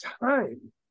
Time